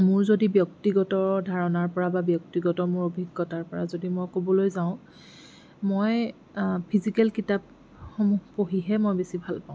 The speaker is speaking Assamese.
মোৰ যদি ব্যক্তিগত ধাৰণাৰ পৰা বা ব্যক্তিগত মোৰ অভিজ্ঞতাৰপৰা যদি মই ক'বলৈ যাওঁ মই ফিজিকেল কিতাপসমূহ পঢ়িহে মই বেছি ভাল পাওঁ